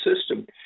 system